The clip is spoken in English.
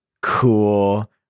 cool